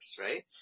right